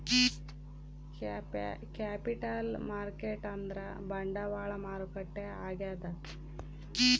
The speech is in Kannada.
ಕ್ಯಾಪಿಟಲ್ ಮಾರ್ಕೆಟ್ ಅಂದ್ರ ಬಂಡವಾಳ ಮಾರುಕಟ್ಟೆ ಆಗ್ಯಾದ